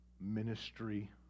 ministry